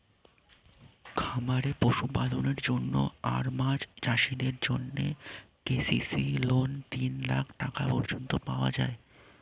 খামারে পশুপালনের জন্য আর মাছ চাষিদের জন্যে কে.সি.সি লোন তিন লাখ টাকা পর্যন্ত পাওয়া যায়